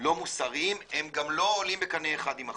לא מוסריים הם גם לא עולים בקנה אחד עם החוק.